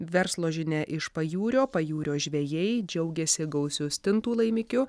verslo žinia iš pajūrio pajūrio žvejai džiaugiasi gausiu stintų laimikiu